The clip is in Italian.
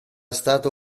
stato